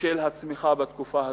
של הצמיחה בתקופה הזאת,